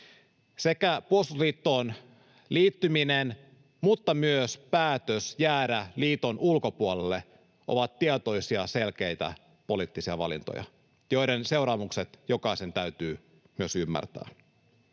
Sekä puolustusliittoon liittyminen mutta myös päätös jäädä liiton ulkopuolelle ovat tietoisia selkeitä poliittisia valintoja, joiden seuraamukset jokaisen täytyy myös ymmärtää.